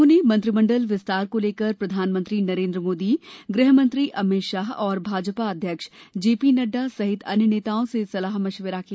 उन्होंने मंत्रिमंडल विस्तार को लेकर प्रधानमंत्री नरेन्द्र मोदी गृह मंत्री अमित शाह और भाजपा अध्यक्ष जे पी नड्डा सहित अन्य नेताओं से सलाह मशविरा किया